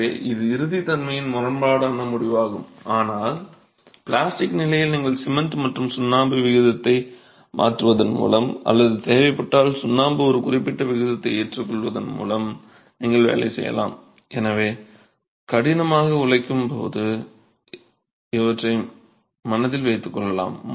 எனவே இது இறுதிச் தன்மையின் முரண்பாடான முடிவாகும் ஆனால் பிளாஸ்டிக் நிலையில் நீங்கள் சிமெண்ட் மற்றும் சுண்ணாம்பு விகிதத்தை மாற்றுவதன் மூலம் அல்லது தேவைப்பட்டால் சுண்ணாம்பு ஒரு குறிப்பிட்ட விகிதத்தை ஏற்றுக்கொள்வதன் மூலம் நீங்கள் வேலை செய்யலாம் எனவே கடினமாக உழைக்கும்போது இவற்றை மனதில் வைத்துக் கொள்ளலாம்